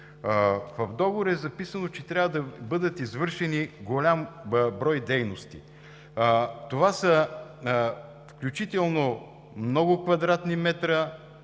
В договора е записано, че трябва да бъдат извършени голям брой дейности. Това са включително много квадратни метра